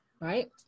right